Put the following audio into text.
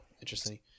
interesting